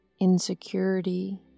insecurity